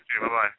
Bye-bye